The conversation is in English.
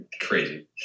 crazy